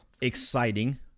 exciting